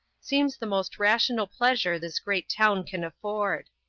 seems the most rational pleasure this great town can afford.